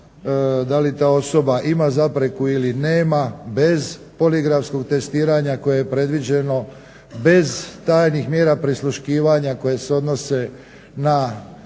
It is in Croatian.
da li ta osoba ima zapreku ili nema bez poligrafskog testiranja koje je predviđeno bez tajnih mjera prisluškivanja koje se odnose na